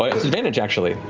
it's advantage actually.